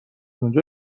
اونجا